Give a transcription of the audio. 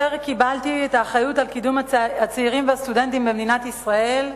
כאשר קיבלתי את האחריות על קידום הצעירים והסטודנטים במדינת ישראל,